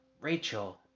Rachel